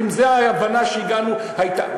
אם זו ההבנה שהגענו אליה?